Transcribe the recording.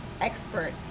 expert